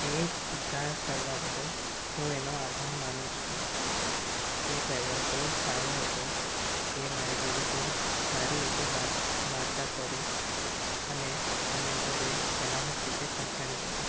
એ ઉદ્ધાર કરવા બદલ હું એનો આભાર માનું છું એ ડ્રાઈવર બહુ સારો હતો એ મારી જોડે બહુ સારી રીતે વાત વાર્તા કરી અને મને ઘરે સલામત રીતે પહોંચાડી દીધો